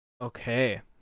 okay